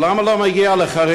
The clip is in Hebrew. אבל למה לא מגיע לחרדים?